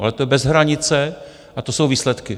Ale je to bez hranice, a to jsou výsledky.